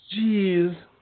Jeez